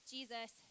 Jesus